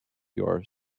your